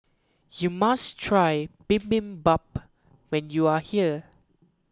you must try Bibimbap when you are here